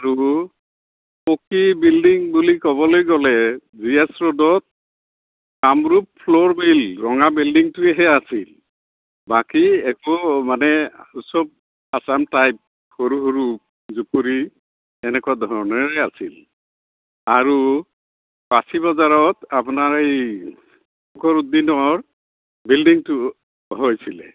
আৰু পকী বিল্ডিং বুলি ক'বলৈ গ'লে জি এচ ৰোডত কামৰূপ ফ্ল'ৰ মিল ৰঙা বিল্ডিংটোহে আছিল বাকী একো মানে সব আসাম টাইপ সৰু সৰু জুপুৰি তেনেকুৱা ধৰণৰে আছিল আৰু ফাঁচী বজাৰত আপোনাৰ এই ফখৰুদ্দিনৰ বিল্ডিংটো হৈছিলে